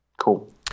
Cool